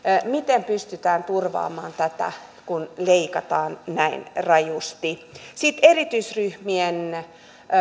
miten pystytään turvaamaan tämä kun leikataan näin rajusti sitten erityisryhmien